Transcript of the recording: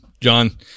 John